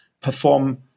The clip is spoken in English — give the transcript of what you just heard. perform